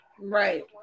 Right